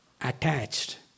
attached